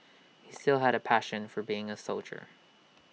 he still had A passion for being A soldier